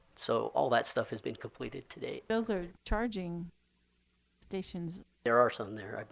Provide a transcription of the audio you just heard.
so all that stuff has been completed today. those are charging stations. there are some there, i